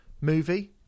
movie